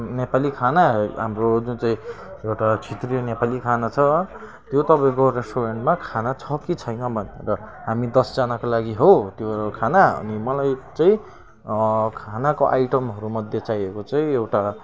नेपाली खाना हाम्रो जुन चाहिँ एउटा छेत्रीय नेपाली खाना छ त्यो तपाईँको रेस्टुरेन्टमा खाना छ कि छैन भनेर हामी दसजनाका लागि हो त्यो खाना अनि मलाई चाहिँ खानाको आइटमहरूमध्ये चाहिएको चाहिँ एउटा